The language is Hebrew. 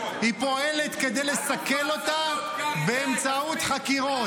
היא פועלת כדי לסכל אותה באמצעות חקירות?